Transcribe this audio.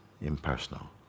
impersonal